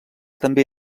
també